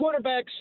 quarterbacks –